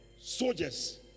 Soldiers